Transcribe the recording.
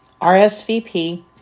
RSVP